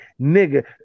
nigga